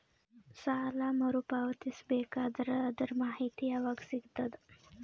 ಸಾಲ ಮರು ಪಾವತಿಸಬೇಕಾದರ ಅದರ್ ಮಾಹಿತಿ ಯವಾಗ ಸಿಗತದ?